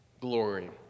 glory